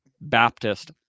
Baptist